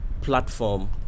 platform